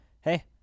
Hey